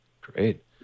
Great